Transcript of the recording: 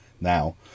now